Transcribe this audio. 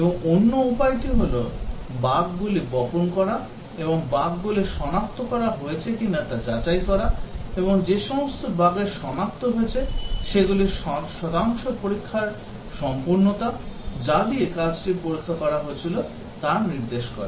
এবং অন্য উপায়টি হল বাগ গুলি বপন করা এবং বাগ গুলি সনাক্ত করা হয়েছে কিনা তা যাচাই করা এবং যে সমস্ত বাগের শনাক্ত হয়েছে সেগুলির শতাংশ পরীক্ষার সম্পূর্ণতা যা দিয়ে কাজটি পরীক্ষা করা হয়েছিল তা নির্দেশ করে